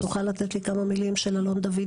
אתה תוכל לתת לי כמה מילים של אלון דוד,